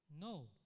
No